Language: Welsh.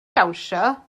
dawnsio